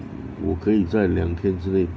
我可以在两天之内